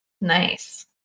Nice